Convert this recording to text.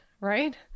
right